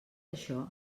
això